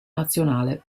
nazionale